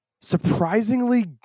surprisingly